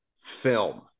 film